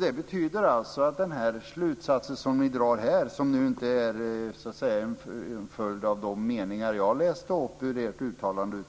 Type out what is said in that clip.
Det betyder att den slutsats ni drar här, som inte är en följd av de meningar jag har läst upp från ert uttalande,